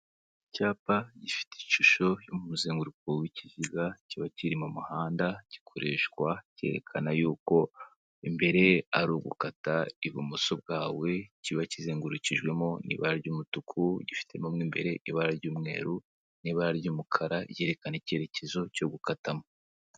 Icyapa gifite ishusho y'umuzenguruko w'ikiziga, kiba kiri mu muhanda gikoreshwa cyerekana y'uko imbere ari ugukata ibumoso bwawe. Kiba kizengurukijwemo n'ibara ry'umutuku, gifitemo imbere ibara ry'umweru n'ibara ry'umukara. Ryerekana icyerekezo cyo gukatamo.